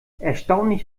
erstaunlich